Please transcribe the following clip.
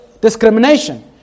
discrimination